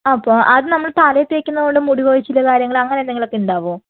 അപ്പോൾ അത് നമ്മള് തലയിൽ തേയ്ക്കുന്നോണ്ട് മുടിക്കൊഴിച്ചില് കാര്യങ്ങള് അങ്ങനെ എന്തെങ്കിലും ഒക്കെ ഉണ്ടാകുമോ